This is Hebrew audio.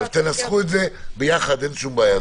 אז תנסחו את זה ביחד, אין שום בעיה.